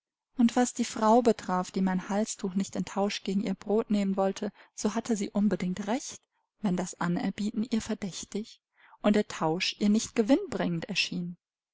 und was die frau betraf die mein halstuch nicht in tausch gegen ihr brot nehmen wollte so hatte sie unbedingt recht wenn das anerbieten ihr verdächtig und der tausch ihr nicht gewinnbringend erschien